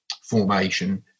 formation